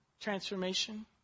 transformation